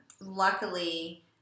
luckily